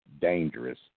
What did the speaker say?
dangerous